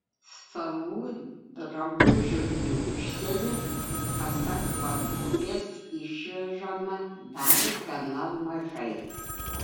savų drabužių į užsienį pasak vadovės išvežama dar gana mažai